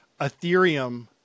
ethereum